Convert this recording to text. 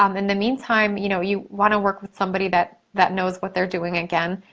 um in the meantime, you know you wanna work with somebody that that knows what they're doing, again,